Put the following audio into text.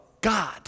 God